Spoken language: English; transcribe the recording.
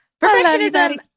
Perfectionism